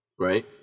Right